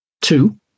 two